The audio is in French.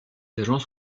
agences